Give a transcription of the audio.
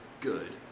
good